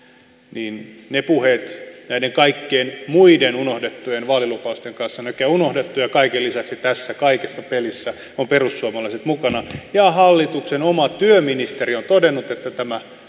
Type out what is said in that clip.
niin ne puheet näiden kaikkien muiden unohdettujen vaalilupausten kanssa on näköjään unohdettu ja kaiken lisäksi tässä kaikessa pelissä ovat perussuomalaiset mukana ja hallituksen oma työministeri on todennut että tämä